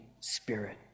Spirit